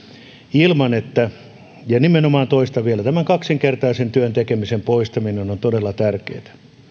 ja nimenomaan toistan vielä tämän kaksinkertaisen työn tekemisen poistaminen on on todella tärkeätä